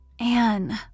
Anne